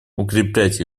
укреплять